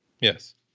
Yes